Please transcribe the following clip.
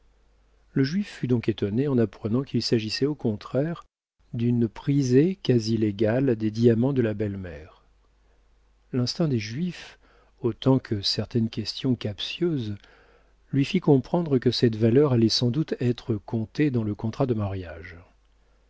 le juif fut donc étonné en apprenant qu'il s'agissait au contraire d'une prisée quasi légale des diamants de la belle-mère l'instinct des juifs autant que certaines questions captieuses lui fit comprendre que cette valeur allait sans doute être comptée dans le contrat de mariage